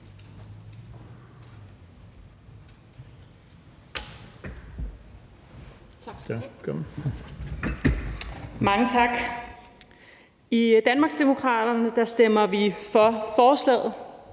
Mange tak. I Danmarksdemokraterne stemmer vi for forslaget,